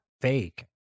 fake